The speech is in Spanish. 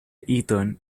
eton